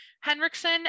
Henriksen